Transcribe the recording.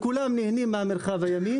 כולם נהנים מן המרחב הימי.